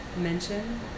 mention